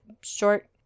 short